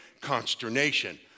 consternation